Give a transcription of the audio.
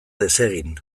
desegin